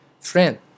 Friend